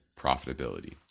profitability